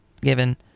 given